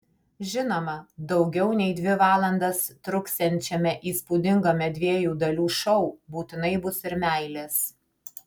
žinoma daugiau nei dvi valandas truksiančiame įspūdingame dviejų dalių šou būtinai bus ir meilės